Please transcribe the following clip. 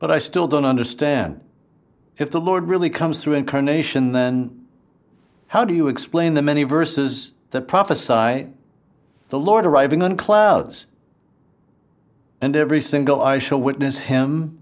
but i still don't understand if the lord really comes through incarnation then how do you explain the many verses that prophesied the lord arriving on clouds and every single i shall witness him